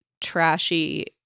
trashy